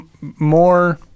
more